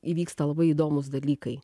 įvyksta labai įdomūs dalykai